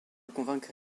convaincre